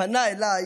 פנה אליי